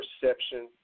perception